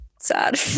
sad